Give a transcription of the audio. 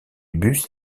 bus